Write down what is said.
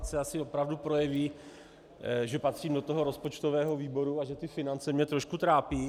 Teď se asi opravdu projeví, že patřím do rozpočtového výboru a že ty finance mě trošku trápí.